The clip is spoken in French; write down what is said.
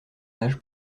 âge